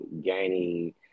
gaining